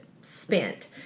spent